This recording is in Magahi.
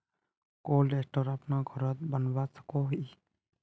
कोल्ड स्टोर अपना घोरोत बनवा सकोहो ही?